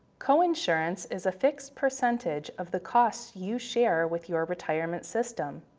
coinsurance is a fixed percentage of the costs you share with your retirement system.